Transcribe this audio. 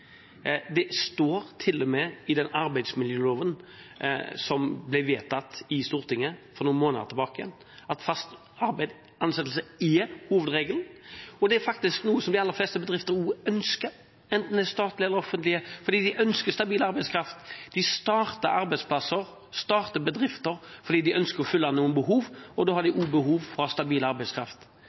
Det står til og med i den arbeidsmiljøloven som ble vedtatt i Stortinget for noen måneder tilbake at fast ansettelse er hovedregelen, og det er faktisk noe som de aller fleste bedrifter også ønsker, enten de er statlige eller offentlige, fordi de ønsker stabil arbeidskraft. De starter arbeidsplasser, starter bedrifter fordi de ønsker å fylle noen behov, og da har de også behov for stabil arbeidskraft.